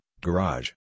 garage